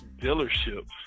dealerships